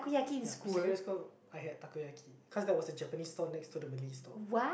ya secondary school I had Takoyaki cause there was a Japanese stall next to the Malay stall